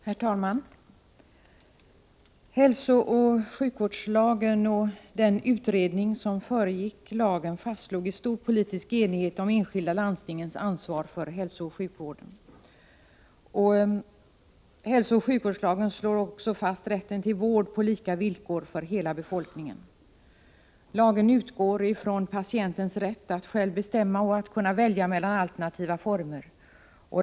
Herr talman! Hälsooch sjukvårdslagen och den utredning som föregick lagen fastslog i stor politisk enighet de enskilda landstingens ansvar för hälsooch sjukvården. Hälsooch sjukvårdslagen slår också fast rätten till vård på lika villkor för hela befolkningen. Lagen utgår från patientens rätt att själv bestämma och kunna välja mellan alternativa vårdformer.